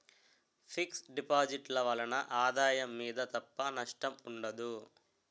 fix deposit ల వలన ఆదాయం మీద తప్ప నష్టం ఉండదు